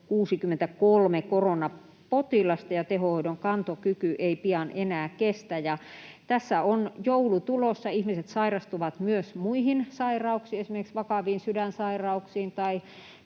63 koronapotilasta ja tehohoidon kantokyky ei pian enää kestä. Tässä on joulu tulossa, ihmiset sairastuvat myös muihin sairauksiin, esimerkiksi vakaviin sydänsairauksiin tai